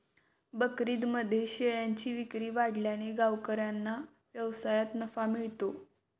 बकरीदमध्ये शेळ्यांची विक्री वाढल्याने गावकऱ्यांना व्यवसायात नफा मिळतो